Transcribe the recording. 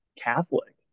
Catholic